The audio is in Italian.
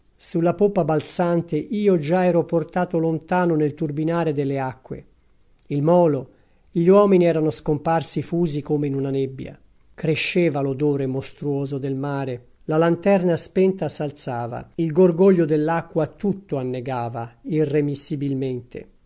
sulla poppa balzante io già ero portato lontano nel turbinare delle acque il molo gli uomini erano scomparsi fusi come in una nebbia cresceva l'odore mostruoso del mare la lanterna spenta s'alzava il gorgoglio dell'acqua tutto annegava irremissibilmente il